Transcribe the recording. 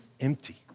empty